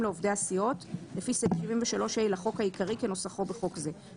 לעובדי הסיעות) לפי סעיף 73(ה) לחוק העיקרי כנוסחו בחוק זה.".